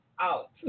out